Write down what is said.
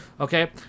Okay